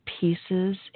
pieces